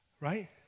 Right